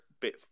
bit